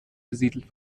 besiedelt